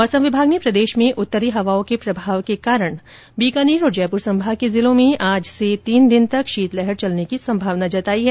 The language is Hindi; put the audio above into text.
मौसम विभाग ने प्रदेश में उत्तरी हवाओं के प्रभाव के कारण बीकानेर और जयपुर संभाग के जिलों में आज से तीन दिन तक शीतलहर चलने की संभावना जताई है